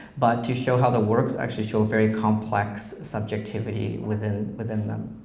but to show how the works actually show a very complex subjectivity within within them,